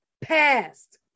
past